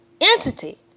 entity